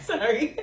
Sorry